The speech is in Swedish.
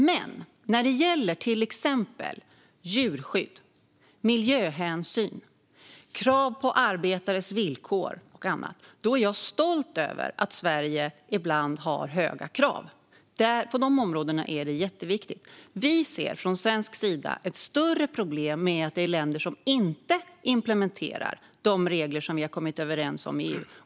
Men när det gäller till exempel djurskydd, miljöhänsyn, krav på arbetares villkor och annat är jag stolt över att Sverige ibland har höga krav. På de områdena är det jätteviktigt. Från svensk sida ser vi ett större problem med länder som inte implementerar de regler som vi har kommit överens om i EU.